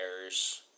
errors